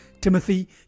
Timothy